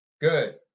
Good